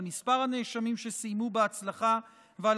על מספר הנאשמים שסיימו בהצלחה ועל